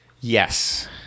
Yes